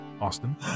Austin